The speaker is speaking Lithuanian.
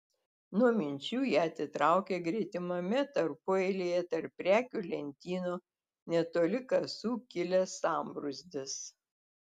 nuo minčių ją atitraukė gretimame tarpueilyje tarp prekių lentynų netoli kasų kilęs sambrūzdis